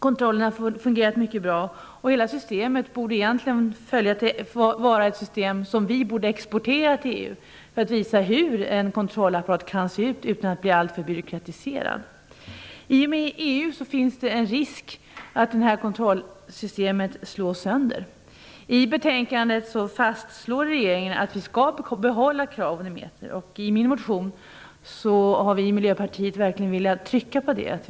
Kontrollen har fungerat mycket bra. Hela systemet borde vi egentligen exportera till EU för att visa hur en kontrollapparat kan se ut utan att bli alltför byråkratiserad. I och med EU finns det risk att det kontrollsystemet slås sönder. I betänkandet fastslås att vi skall behålla KRAV och Demeter. I min motion har vi från Miljöpartiet verkligen velat trycka på det.